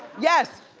yes.